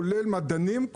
כולל מדענים,